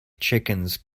chickens